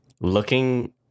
Looking